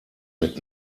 mit